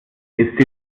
ist